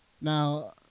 Now